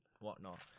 whatnot